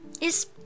Is